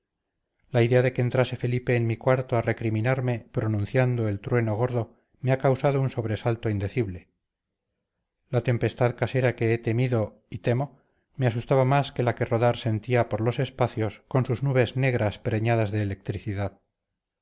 la idea de que entrase felipe en mi cuarto a recriminarme pronunciando el trueno gordo me ha causado un sobresalto indecible la tempestad casera que he temido y temo me asustaba más que la que rodar sentía por los espacios con sus nubes negras preñadas de electricidad